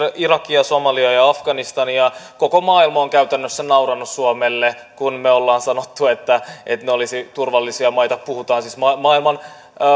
irakia somaliaa ja afganistania koko maailma on käytännössä nauranut suomelle kun me olemme sanoneet että että ne olisivat turvallisia maita puhutaan siis maailman